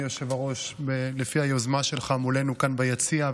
מולנו ביציע,